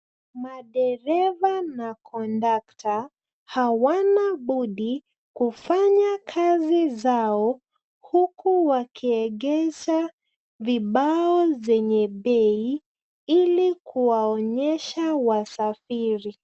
Madereva na kondakta hawana budi kufanya kazi zao huku wakiegesha vibao zenye bei ili kuwaonyesha wasafiri.